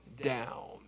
down